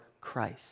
Christ